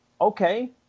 okay